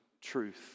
truth